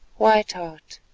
white heart,